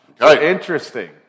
Interesting